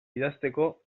idazteko